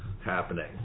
happening